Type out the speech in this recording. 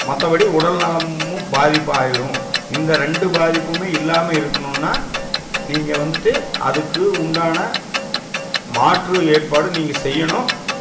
மற்றபடி உடல்நலமும் பாதிப்பாயிடும் இந்த ரெண்டு பாதிப்புமே இல்லாமல் இருக்கணுன்னா நீங்கள் வந்துட்டு அதுக்கு உண்டான மாற்று ஏற்பாடு நீங்கள் செய்யணும்